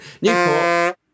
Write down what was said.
Newport